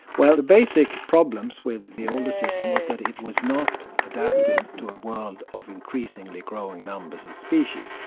well the basic problems with the older system was that it was not adapted to a world of increasingly growing numbers of species,